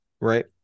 Right